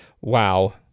Wow